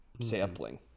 sampling